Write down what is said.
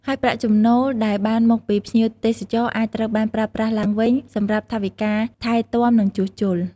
ហើយប្រាក់ចំណូលដែលបានមកពីភ្ញៀវទេសចរអាចត្រូវបានប្រើប្រាស់ឡើងវិញសម្រាប់ថវិកាថែទាំ និងជួសជុល។